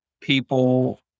people